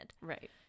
right